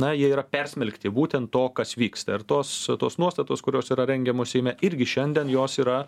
na jie yra persmelkti būtent to kas vyksta ir tos tos nuostatos kurios yra rengiamos seime irgi šiandien jos yra